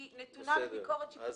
היא נתונה לביקורת שיפוטית.